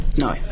No